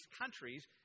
countries